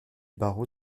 barreau